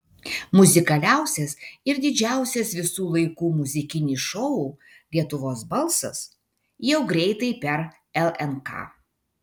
muzikaliausias ir didžiausias visų laikų muzikinis šou lietuvos balsas jau greitai per lnk